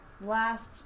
Last